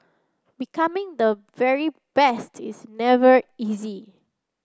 becoming the very best is never easy